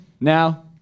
now